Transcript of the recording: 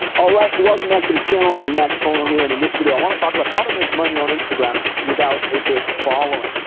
all right, welcome back to the channel, max tornow here, and in this video i wanna talk about how to make money on instagram without a big following.